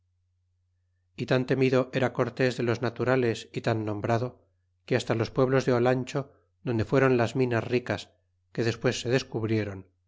y tan temido era cortés de los naturales y tan nombrado que hasta los pueblos de olancho donde fueron las minas ricas que despues se descubriéron